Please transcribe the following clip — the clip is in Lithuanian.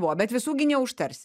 buvo bet visų gi neužtarsi